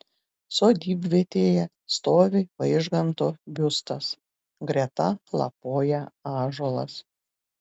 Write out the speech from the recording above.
sodybvietėje stovi vaižganto biustas greta lapoja ąžuolas